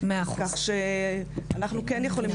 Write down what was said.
כך שאנחנו כן יכולים,